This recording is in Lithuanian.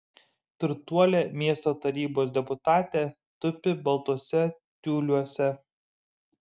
turtuolė miesto tarybos deputatė tupi baltuose tiuliuose